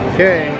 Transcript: Okay